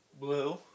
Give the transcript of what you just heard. Blue